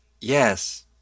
yes